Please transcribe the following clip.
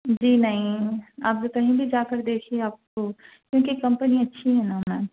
جی نہیں آپ کہیں بھی جا کر دیکھیے آپ کو کیونکہ کمپنی اچھی ہے نا میم